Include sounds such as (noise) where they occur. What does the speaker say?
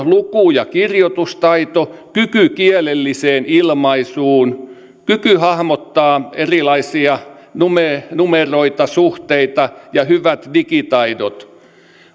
(unintelligible) luku ja kirjoitustaito kyky kielelliseen ilmaisuun kyky hahmottaa erilaisia numeroita numeroita suhteita ja hyvät digitaidot